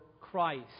Christ